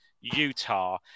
Utah